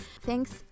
Thanks